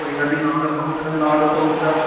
कोई गल्ल नी नांऽ दस्सो बुक दा नांऽ दस्सो बुक दा